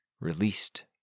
Released